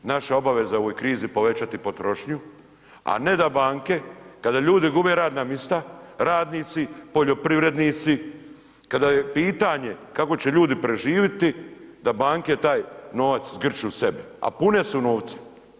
Naša obaveza je u ovoj krizi povećati potrošnju a ne da banke kada ljudi gube radna mista, radnici, poljoprivrednici kada je pitanje kako će ljudi preživjeti, da banke taj novac zgrću sebi, a pune su novca.